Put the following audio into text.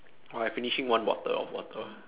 !wah! I finishing one bottle of water